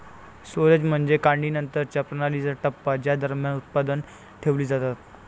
storage म्हणजे काढणीनंतरच्या प्रणालीचा टप्पा ज्या दरम्यान उत्पादने ठेवली जातात